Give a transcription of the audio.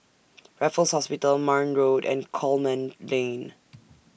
Raffles Hospital Marne Road and Coleman Lane